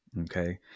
Okay